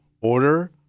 order